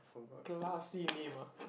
classy name ah